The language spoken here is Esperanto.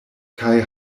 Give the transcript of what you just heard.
kaj